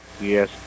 Yes